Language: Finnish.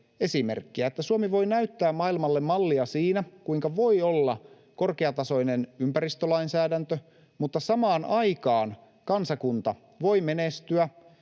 Suomi voi näyttää maailmalle mallia siinä, kuinka voi olla korkeatasoinen ympäristölainsäädäntö, mutta samaan aikaan kansakunta voi menestyä,